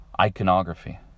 Iconography